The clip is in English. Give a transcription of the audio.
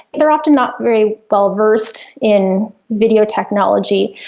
they are often not very well versed in video technology.